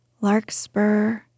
larkspur